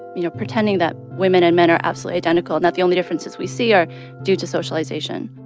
you know, pretending that women and men are absolutely identical and that the only differences we see are due to socialization